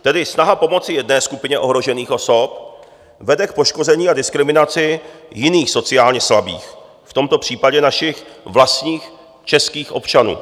Tedy snaha pomoci jedné skupině ohrožených osob vede k poškození a diskriminaci jiných sociálně slabých, v tomto případě našich vlastních českých občanů.